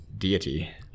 deity